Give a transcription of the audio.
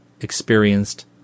experienced